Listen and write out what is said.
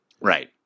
Right